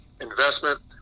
investment